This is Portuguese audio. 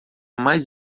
mais